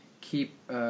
keep